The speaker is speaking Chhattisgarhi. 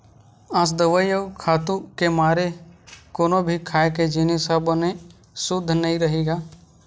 आज दवई अउ खातू के मारे कोनो भी खाए के जिनिस ह बने सुद्ध नइ रहि गे